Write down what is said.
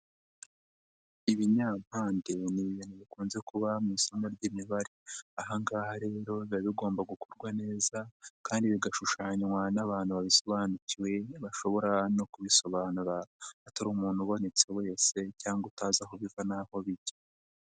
Ibinyampande ni ibintu ibintu bikunze kuba mu isomo ry'imibare, aha ngaha rero biba bigomba gukorwa neza kandi bigashushanywa n'abantu babisobanukiwe bashobora no kubisobanura, atari umuntu ubonetse wese cyangwa utazi aho biva n'aho bijya.